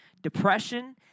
depression